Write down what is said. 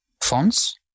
fonts